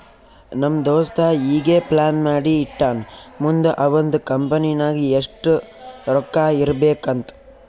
ನಮ್ ದೋಸ್ತ ಈಗೆ ಪ್ಲಾನ್ ಮಾಡಿ ಇಟ್ಟಾನ್ ಮುಂದ್ ಅವಂದ್ ಕಂಪನಿ ನಾಗ್ ಎಷ್ಟ ರೊಕ್ಕಾ ಇರ್ಬೇಕ್ ಅಂತ್